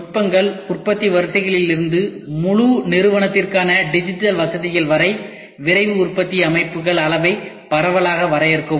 நுட்பங்கள் உற்பத்தி வரிசைகளிலிருந்து முழு நிறுவனத்திற்கான டிஜிட்டல் வசதிகள் வரை விரைவு உற்பத்தி அமைப்புகளின் அளவை பரவலாக வரையறுக்கவும்